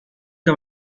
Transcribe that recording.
que